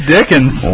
Dickens